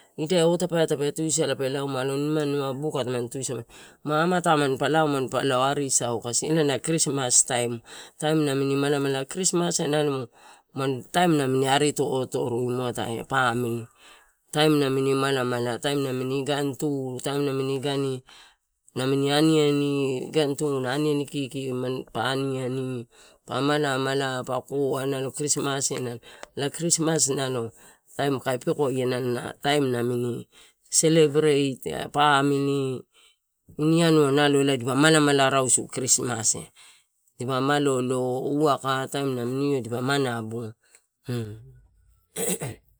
Idai otapae tape tusala, ma dipa lauma, ma doni imani buka tamani tusamanito, amatai manpa lao manpa lo ari sau kasi ela na krismas taim namini malamala, krismas, nalo taim namin ri totoru muatae, pamili, taim, namin malamala taini idai tu, taim namini idain ani ani, taim namini idain tu, na ani ani kiki mapa ani ani mapa, malamala, pa koa, nalo krismasiai. Elae krismas nalo taim kae pekoia nalo na taim namini, selebrete, pamili, ini anua, nalo malamala rausu krismasia, dipa malolo, waka dipa, io, dipa manabu.